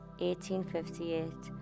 1858